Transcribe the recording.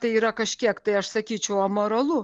tai yra kažkiek tai aš sakyčiau amoralu